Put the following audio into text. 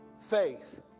faith